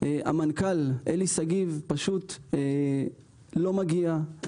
המנכ"ל אלי שגיב פשוט לא מגיע,